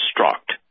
construct